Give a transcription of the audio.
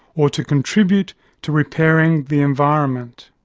or to contribute to repairing the environment.